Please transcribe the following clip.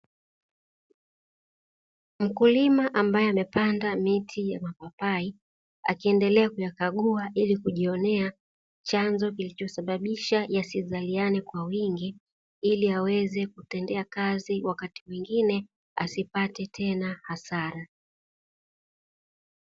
Mkulima ambaye amepanda miti ya mapapai akiendelea kuyakagua ilikujionea chanzo kilichosababisha yasizaliane kwa wingi iliaweze kutendea kazi wakati mwingine asipate tena hasara.